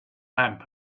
lamp